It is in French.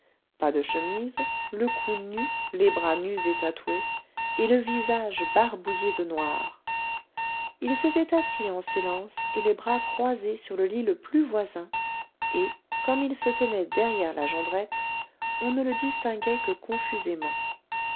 pas de chemise le cou nu les bras nus et tatoués et le visage barbouillé de noir il s'était assis en silence et les bras croisés sur le lit le plus voisin et comme il se tenait derrière la jondrette on ne le distinguait que confusément